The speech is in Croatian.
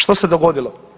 Što se dogodilo?